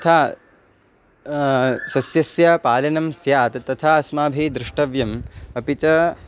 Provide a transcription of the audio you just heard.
यथा सस्यस्य पालनं स्यात् तथा अस्माभिः द्रष्टव्यम् अपि च